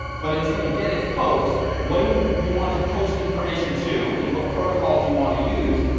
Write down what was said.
but instead of get, it's post. what do you want to post information to and what protocol do you want to use?